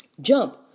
Jump